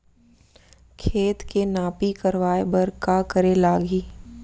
खेत के नापी करवाये बर का करे लागही?